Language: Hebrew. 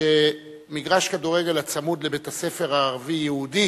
שמגרש כדורגל הצמוד לבית הספר הערבי-היהודי